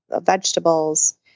vegetables